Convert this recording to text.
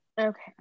okay